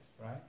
right